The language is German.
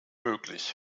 möglich